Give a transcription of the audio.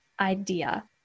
idea